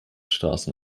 straßen